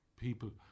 people